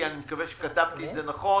אני מקווה שכתבתי את זה נכון